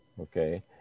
Okay